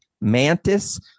Mantis